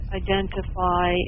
identify